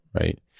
right